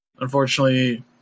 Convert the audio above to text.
unfortunately